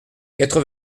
quatre